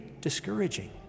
discouraging